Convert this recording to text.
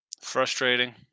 frustrating